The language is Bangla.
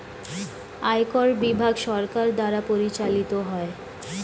আয়কর বিভাগ সরকার দ্বারা পরিচালিত হয়